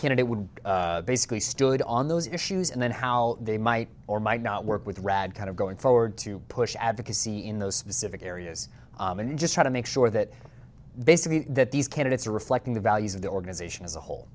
candidate would basically stood on those issues and then how they might or might not work with rad kind of going forward to push advocacy in those specific areas and just try to make sure that basically that these candidates are reflecting the values of the organization as a whole